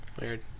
Weird